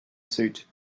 suit